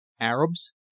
Arabs